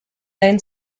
then